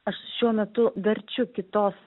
aš šiuo metu verčiu kitos